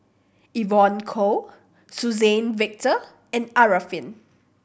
Evon Kow Suzann Victor and Arifin